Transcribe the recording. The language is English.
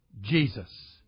Jesus